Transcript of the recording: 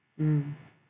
mm